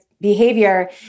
behavior